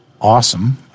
awesome